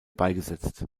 beigesetzt